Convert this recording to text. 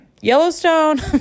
Yellowstone